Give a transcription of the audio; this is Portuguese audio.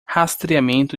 rastreamento